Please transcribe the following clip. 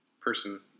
person